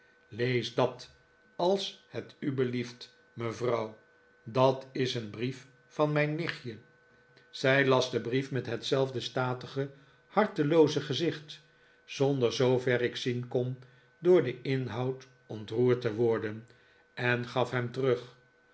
lees dat als het u belieft mevrouw dat is een brief van mijn nichtje zij las den brief met hetzelfde statige hartstochtlooze gezicht zonder zoover ik zien kon door den inhoud ontroerd te worden en gaf hem terug